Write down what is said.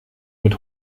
mit